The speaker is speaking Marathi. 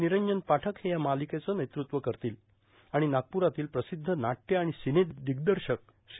निरंजन पाठक हे या मालिकेचं नेतृत्व करतील आणि नागप्ररातील प्रसिद्ध नाट्य आणि सिनेदिग्दर्शक श्री